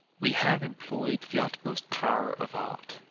we have employ'd the utmost pow'r of art,